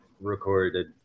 recorded